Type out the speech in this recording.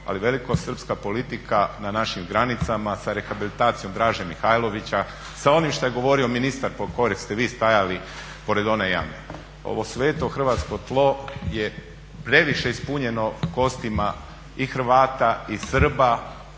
ali velikosrpska politika na našim granicama sa rehabilitacijom Draže Mihajlovića, sa onim što je govorio ministar pored kojeg ste vi stajali pored one jame. Ovo sveto hrvatsko tlo je previše ispunjeno kostima i Hrvata i Srba